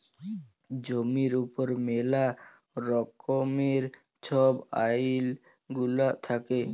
জমির উপর ম্যালা রকমের ছব আইল গুলা থ্যাকে